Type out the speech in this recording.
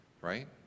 right